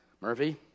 Murphy